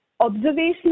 Observational